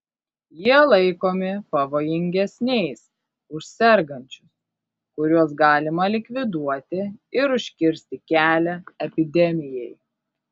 jie laikomi pavojingesniais už sergančius kuriuos galima likviduoti ir užkirsti kelią epidemijai